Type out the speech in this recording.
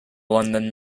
london